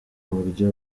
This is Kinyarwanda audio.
uburyo